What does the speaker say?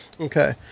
Okay